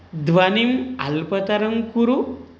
ध्वनिम् अल्पतरं कुरु